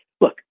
look